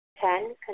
Ten